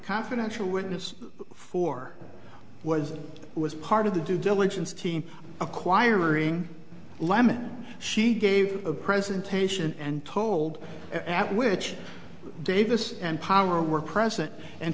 confidential witness for was was part of the due diligence team acquiring lyman she gave a presentation and told at which davis and power were present and